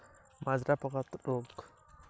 ধান পাতায় হলুদ দাগ কি রোগ বোঝায়?